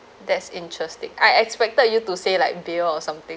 that's interesting I expected you to say like beer or something